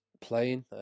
playing